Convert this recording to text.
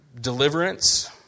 deliverance